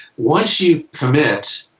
once you commit,